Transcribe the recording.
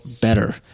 better